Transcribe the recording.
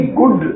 good